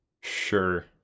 sure